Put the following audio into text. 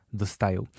dostają